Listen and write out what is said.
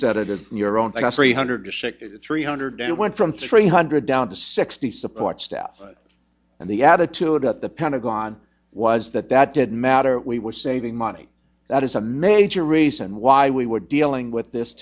set it of your own free hundred three hundred and went from three hundred down to sixty support staff and the attitude at the pentagon was that that didn't matter we were saving money that is a major reason why we were dealing with this